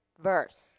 verse